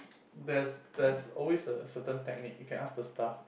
there's there's always a certain technique you can ask the staff